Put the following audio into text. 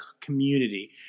community